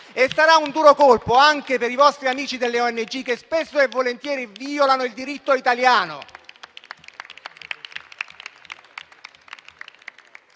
Sarà un duro colpo anche per i vostri amici delle ONG, che spesso e volentieri violano il diritto italiano